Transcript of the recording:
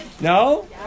No